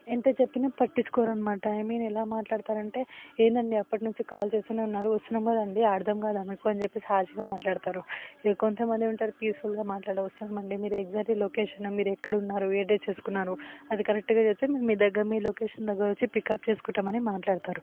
ఎంత చెప్పినా పట్టించుకోరు అన్నమాట ఐ మీన్ ఎలా మాట్లాడతారు అంటే ఏంటండి అప్పటి నుంచి కాల్ చేస్తూనే ఉన్నారు వస్తున్నాము కదండీ అర్థం కాదా మీకు అని చెప్పేసి హార్ష్గా మాట్లాడతారు ఇక కొంత మంది ఏమంటారు పీస్ఫుల్గా మాట్లాడటం వస్తుంది మీరు ఎగ్జాక్ట్లీ లొకేషన్ మీరు ఎక్కడున్నారు ఏ డ్రెస్ వేసుకున్నారు అది కరెక్ట్గా చెప్తే మేము మీ దగ్గర మీ లొకేషన్ దగ్గర వచ్చి పికప్ చేసుకుంటామని మాట్లాడతారు